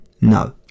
no